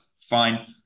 fine